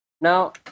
now